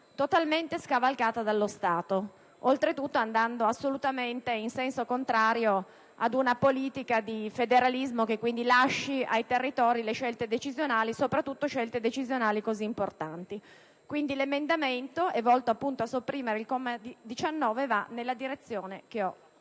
totalmente scavalcata dallo Stato, oltretutto andando assolutamente in senso contrario ad una politica di federalismo che lasci ai territori le scelte decisionali, soprattutto quando si tratta di scelte così importanti. L'emendamento 16.110, volto appunto a sopprimere il comma 19, va nella direzione che ho